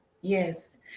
Yes